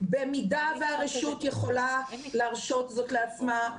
במידה והרשות יכולה להרשות זאת לעצמה,